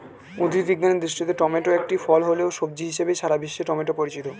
উদ্ভিদ বিজ্ঞানের দৃষ্টিতে টমেটো একটি ফল হলেও, সবজি হিসেবেই সারা বিশ্বে টমেটো পরিচিত